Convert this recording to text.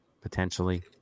potentially